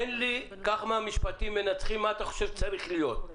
תן לי כמה משפטים מנצחים מה אתה חושב שצריך להיות.